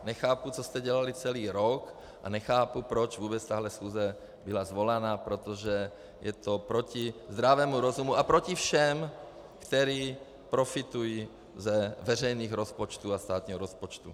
Nechápu, co jste dělali celý rok, a nechápu, proč vůbec tahle schůze byla svolána, protože je to proti zdravému rozumu a proti všem, kteří profitují z veřejných rozpočtů a státního rozpočtu.